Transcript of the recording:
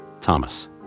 Thomas